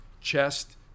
chest